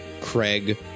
Craig